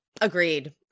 Agreed